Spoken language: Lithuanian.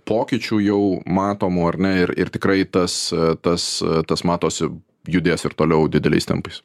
pokyčių jau matomų ar ne ir ir tikrai tas tas tas matosi judės ir toliau dideliais tempais